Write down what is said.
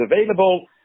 available